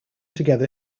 together